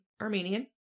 Armenian